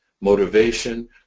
motivation